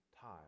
time